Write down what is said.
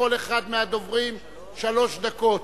לכל אחד מהדוברים שלוש דקות.